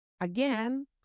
Again